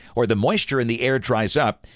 or the moisture in the air dries up,